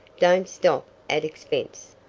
don't stop at expense.